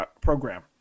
program